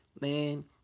man